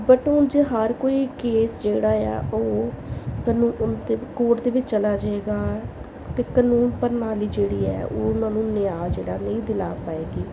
but ਉਂਝ ਹਰ ਕੋਈ ਕੇਸ ਜਿਹੜਾ ਆ ਉਹ ਕੋਰਟ ਦੇ ਵਿੱਚ ਚਲਾ ਜਾਏਗਾ ਅਤੇ ਕਾਨੂੰਨ ਪ੍ਰਣਾਲੀ ਜਿਹੜੀ ਹੈ ਉਹ ਉਹਨਾਂ ਨੂੰ ਨਿਆਂ ਜਿਹੜਾ ਨਹੀਂ ਦਿਲਾ ਪਾਏਗੀ